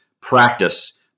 practice